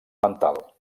mental